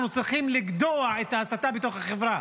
אנחנו צריכים לגדוע את ההסתה בתוך החברה.